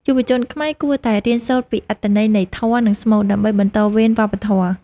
យុវជនខ្មែរគួរតែរៀនសូត្រពីអត្ថន័យនៃធម៌ និងស្មូត ដើម្បីបន្តវេនវប្បធម៌។